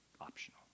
optional